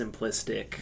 simplistic